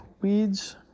weeds